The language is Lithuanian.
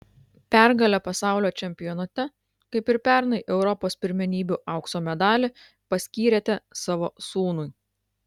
pergalę pasaulio čempionate kaip ir pernai europos pirmenybių aukso medalį paskyrėte savo sūnui